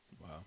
Wow